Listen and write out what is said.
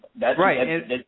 Right